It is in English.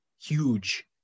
huge